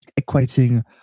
equating